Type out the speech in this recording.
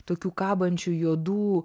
tokių kabančių juodų